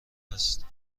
است